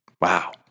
Wow